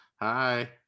hi